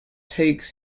takes